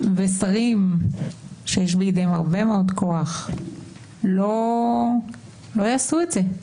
שרים שיש בידיהם הרבה מאוד כוח לא יעשו את זה.